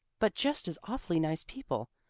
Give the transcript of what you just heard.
but just as awfully nice people,